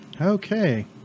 Okay